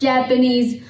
Japanese